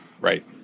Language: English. Right